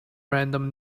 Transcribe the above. random